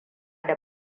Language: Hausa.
da